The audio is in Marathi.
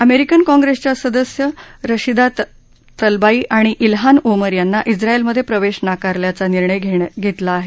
अमेरिकन काँप्रेसच्या सदस्य रशिदा त्लाईब आणि किहान ओमर यांना कित्रायलमधे प्रवेश नाकारल्याचा निर्णय घेतला आहे